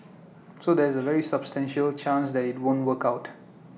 so there's A very substantial chance that IT won't work out